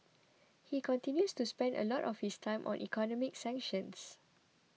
he continues to spend a lot of his time on economic sanctions